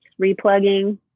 replugging